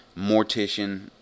mortician